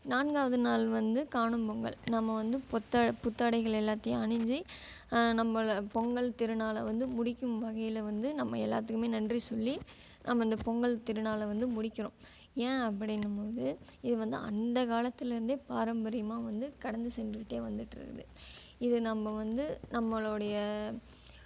நான்காவது நாள் வந்து காணும் பொங்கல் நம்ம வந்து புத்தா புத்தாடைகள் எல்லாத்தையும் அணிஞ்சு நம்மளை பொங்கல் திருநாளை வந்து முடிக்கும் வகையில் வந்து நம்ம எல்லாத்துக்குமே நன்றி சொல்லி நம்ம இந்த பொங்கல் திருநாளை வந்து முடிக்கிறோம் ஏன் அப்படிங்கம்போது இது வந்து அந்த காலத்துலேருந்தே பாரம்பரியமாக வந்து கடந்து சென்றுக்கிட்டே வந்துகிட்ருக்குது இது நம்ம வந்து நம்மளுடைய